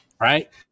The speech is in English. right